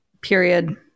Period